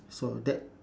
so that